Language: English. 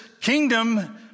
kingdom